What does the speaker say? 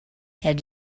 had